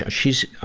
ah she's, ah,